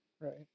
Right